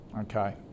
Okay